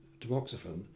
tamoxifen